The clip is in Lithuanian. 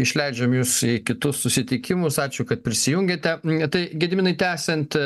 išleidžiam jus į kitus susitikimus ačiū kad prisijungėte tai gediminai tęsiant